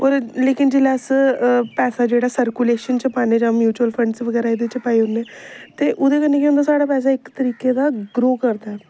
होर लेकिन जेल्लै अस पैसा जेह्ड़ा सर्कुलेशन च पाने जां म्युचूअल फंड्स बगैरा एह्दे च पाई औने ते ओह्दे कन्नै केह् होंदा साढ़ा पैसा इक तरीके दा ग्रो करदा ऐ